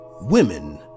Women